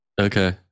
okay